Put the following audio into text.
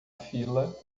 fila